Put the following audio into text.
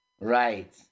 Right